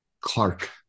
Clark